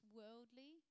worldly